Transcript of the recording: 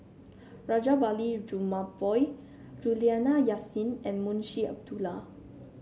Rajabali Jumabhoy Juliana Yasin and Munshi Abdullah